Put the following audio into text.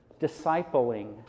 Discipling